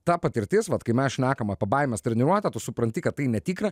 ta patirtis vat kai mes šnekam apie baimės treniruotę tu supranti kad tai netikra